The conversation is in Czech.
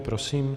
Prosím.